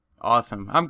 awesome